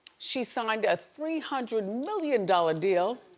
she signed a three hundred million dollars deal